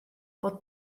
bod